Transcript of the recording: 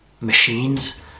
machines